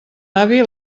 avi